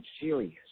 serious